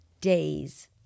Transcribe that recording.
days